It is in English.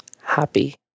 happy